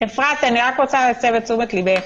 אפרת, אני רק רוצה להסב את תשומת ליבך,